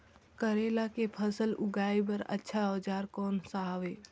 करेला के फसल उगाई बार अच्छा औजार कोन सा हवे?